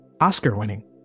Oscar-winning